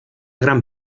gran